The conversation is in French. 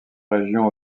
région